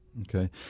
Okay